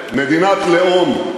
דיברה על מדינה יהודית